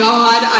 God